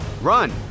Run